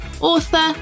author